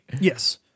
yes